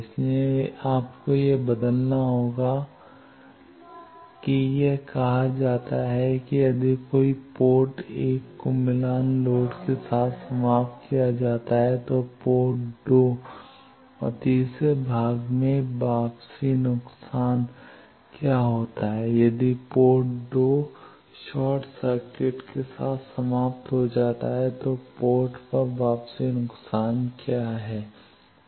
इसलिए आपको यह बदलना होगा कि तब यह कहा जाता है कि यदि पोर्ट 1 को मिलान लोड के साथ समाप्त किया जाता है तो पोर्ट 2 और तीसरे भाग में वापसी नुकसान क्या होता है यदि पोर्ट 2 शॉर्ट सर्किट के साथ समाप्त हो जाता है तो पोर्ट पर वापसी नुकसान क्या है 1